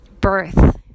birth